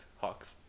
Hawks